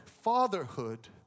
fatherhood